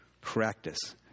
practice